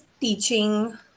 teaching